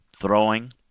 throwing